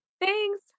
Thanks